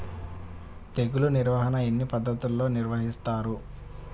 తెగులు నిర్వాహణ ఎన్ని పద్ధతుల్లో నిర్వహిస్తారు?